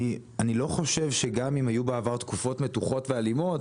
אני לא חושב שגם אם היו בעבר תקופות מתוחות ואלימות,